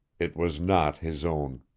it was not his own!